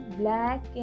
black